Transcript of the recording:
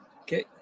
Okay